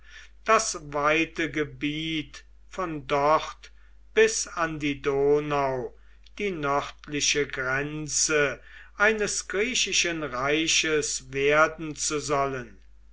das weite gebiet von dort bis an die donau die nördliche hälfte eines griechischen reiches werden zu sollen